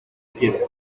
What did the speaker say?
quiero